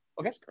Okay